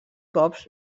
cops